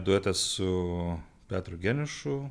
duetas su petru geniušu